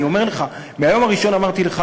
אני אומר לך, מהיום הראשון אמרתי לך: